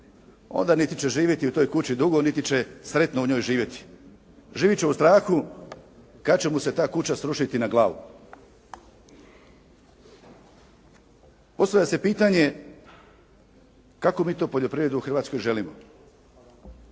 onda niti će živjeti u toj kući dugo niti će sretno u njoj živjeti. Živjet će u strahu kad će mu se ta kuća srušiti na glavu. Postavlja se pitanje kakvu mi to poljoprivredu u Hrvatskoj želimo.